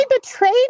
betrayed